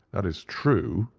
that is true,